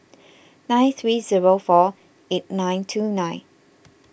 nine three zero four eight nine two nine